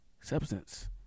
substance